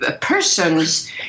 persons